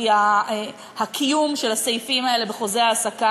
כי הקיום של הסעיפים האלה בחוזה ההעסקה